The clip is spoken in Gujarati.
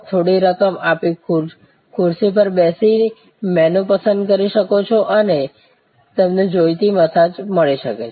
થોડી રકમ આપી ખુરશી પર બેસી મેનૂ પસંદ કરી શકો છો અને તમને જોઈતી મસાજ મળી શકે છે